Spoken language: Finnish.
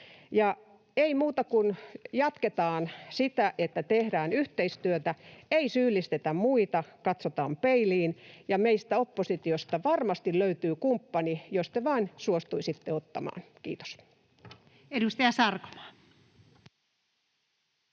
Ei muuta kuin jatketaan sitä, että tehdään yhteistyötä. Ei syyllistetä muita, katsotaan peiliin. Ja meistä oppositiosta varmasti löytyy kumppani, jos te vain suostuisitte ottamaan. — Kiitos. [Speech